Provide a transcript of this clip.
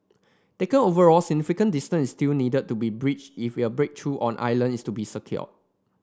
taken overall significant distance still need to be bridged if your breakthrough on Ireland is to be secured